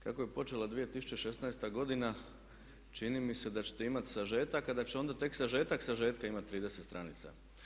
Kako je počela 2016. godina čini mi se da ćete imati sažetak a da će onda tek sažetak sažetka imati 30 stranica.